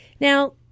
Now